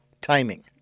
timing